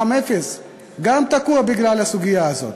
מע"מ אפס גם תקוע בגלל הסוגיה הזאת,